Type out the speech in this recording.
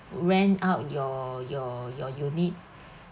rent out your your your unit